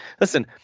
Listen